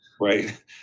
Right